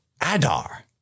Adar